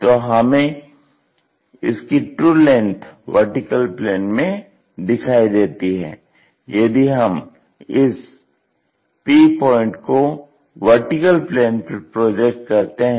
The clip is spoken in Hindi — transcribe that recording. तो हमें इसकी ट्रू लेंथ VP में दिखाई देती है यदि हम इस P पॉइंट को VP पर प्रोजेक्ट करते हैं